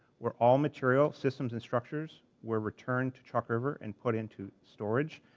where all material systems instructors were returned to chalk river, and put into storage.